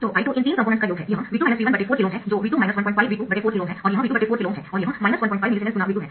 तो I2 इन तीन कम्पोनेंट्स का योग है यह V2 V14KΩ है जो V2 15V24KΩ है और यह V24KΩ है और यह 15 मिलीसीमेंस ×V2 है